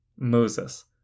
Moses